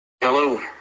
Hello